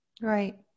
right